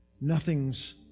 Nothing's